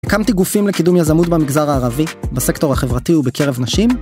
הקמתי גופים לקידום יזמות במגזר הערבי, בסקטור החברתי ובקרב נשים.